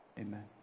amen